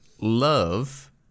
love